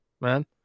man